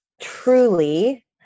truly